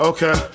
Okay